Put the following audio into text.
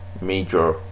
major